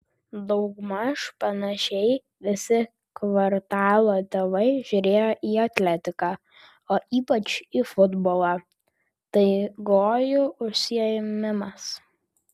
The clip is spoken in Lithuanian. daugmaž panašiai visi kvartalo tėvai žiūrėjo į atletiką o ypač į futbolą tai gojų užsiėmimas